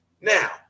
Now